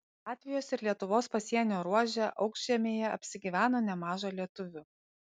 latvijos ir lietuvos pasienio ruože aukšžemėje apsigyveno nemaža lietuvių